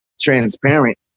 transparent